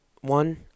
one